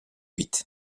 huit